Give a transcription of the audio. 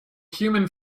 human